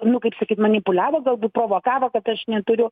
nu kaip sakyt manipuliavo galbūt provokavo kad aš neturiu